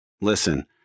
Listen